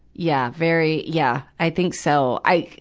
yeah. very, yeah. i think so. i,